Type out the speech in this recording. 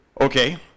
Okay